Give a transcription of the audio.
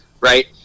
right